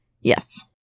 Yes